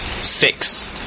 six